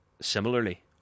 similarly